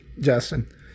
Justin